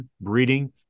breeding